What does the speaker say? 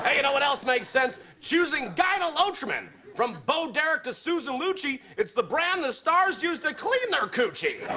ah you know what else makes sense? choosing gyne-lotrimin. from bo derek to susan lucci, it's the brand that stars use to clean their coochie.